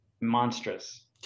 Monstrous